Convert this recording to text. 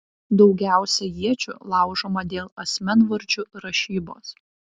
daugiausiai iečių laužoma dėl asmenvardžių rašybos